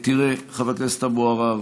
תראה, חבר הכנסת אבו עראר,